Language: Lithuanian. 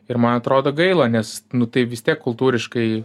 ir man atrodo gaila nes nu tai vis tiek kultūriškai